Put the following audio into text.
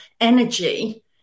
energy